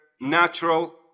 natural